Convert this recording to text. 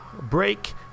break